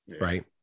right